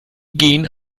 gen